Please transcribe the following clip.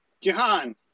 Jahan